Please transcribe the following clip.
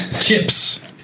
chips